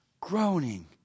groaning